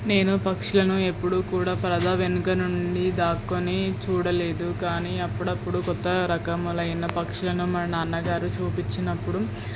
నేను పక్షులను ఎప్పుడూ కూడా పరదా వెనుకనుండి దాక్కుని చూడలేదు కానీ అప్పుడప్పుడు కొత్త రకములైన పక్షులను మా నాన్నగారు చూపించినప్పుడు